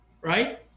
right